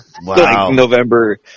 November